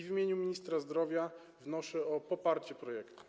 W imieniu ministra zdrowia wnoszę o poparcie projektu.